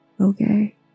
Okay